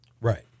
right